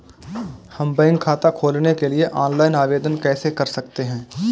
हम बैंक खाता खोलने के लिए ऑनलाइन आवेदन कैसे कर सकते हैं?